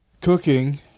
cooking